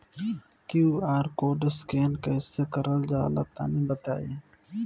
QR code scan कैसे क़रल जला तनि बताई?